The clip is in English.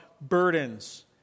burdens